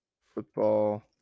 football